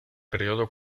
período